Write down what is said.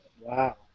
Wow